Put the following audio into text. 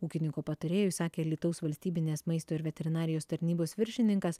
ūkininko patarėjui sakė alytaus valstybinės maisto ir veterinarijos tarnybos viršininkas